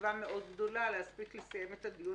תקווה גדולה מאוד להספיק לסיים את הדיון